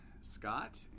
Scott